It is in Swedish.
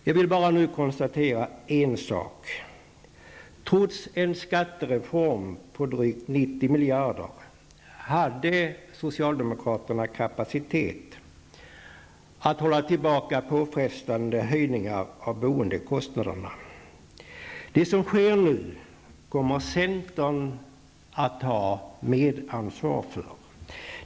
Jag vill bara nu konstatera en sak: Trots en skattereform på drygt 90 miljarder hade socialdemokraterna kapacitet att hålla tillbaka påfrestande höjningar av boendekostnaderna. Det som sker nu kommer centern att ha medansvar för.